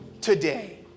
today